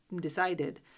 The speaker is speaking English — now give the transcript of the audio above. decided